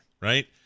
right